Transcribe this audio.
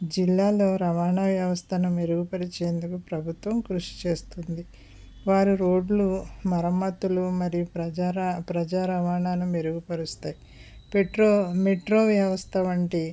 జిల్లాల్లో రవాణా వ్యవస్థను మెరుగుపరిచేందుకు ప్రభుత్వం కృషి చేస్తుంది వారి రోడ్లు మరమత్తులు మరియు ప్రజారా ప్రజా రవాణాను మెరుగు పరుస్తాయి మెట్రో మెట్రో వ్యవస్థ వంటి